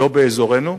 לא באזורנו,